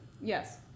yes